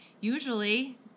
usually